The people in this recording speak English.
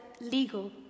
legal